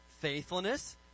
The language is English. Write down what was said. faithfulness